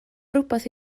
rywbeth